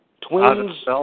Twins